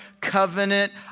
covenant